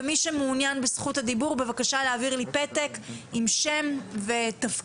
מי שמעוניין בזכות הדיבור בבקשה להעביר לי פתק עם שם ותפקיד.